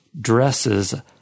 dresses